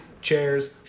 chairs